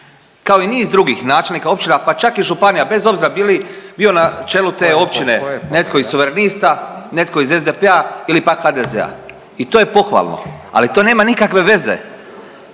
kao i niz drugih načelnika općina pa čak i županija bez obzira bili, bio na čelu te općine netko iz suverenista, netko iz SDP-a ili pak HDZ-a. I to je pohvalno. Ali to nema nikakve veze.